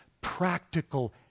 practical